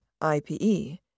IPE